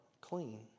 clean